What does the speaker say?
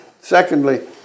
Secondly